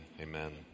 Amen